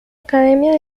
academia